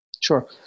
Sure